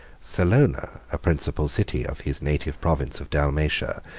salona, a principal city of his native province of dalmatia,